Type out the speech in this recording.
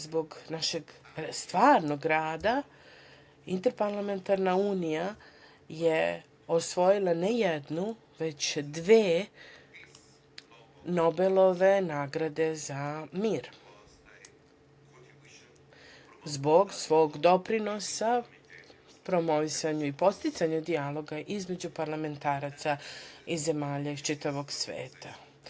Zbog našeg stvarnog rada, Interparlamentarna unija je osvojila ne jednu, već dve Nobelove nagrade za mir zbog svog doprinosa, promovisanju i podsticanju dijaloga između parlamentaraca iz zemalja iz čitavog sveta.